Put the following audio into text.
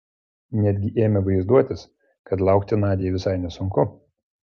netgi ėmė vaizduotis kad laukti nadiai visai nesunku